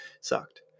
sucked